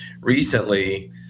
recently